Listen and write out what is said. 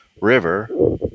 River